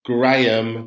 Graham